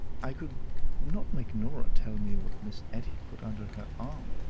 i could not make norah tell me what miss etty put under her arm,